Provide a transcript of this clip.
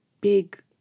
big